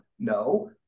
no